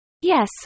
Yes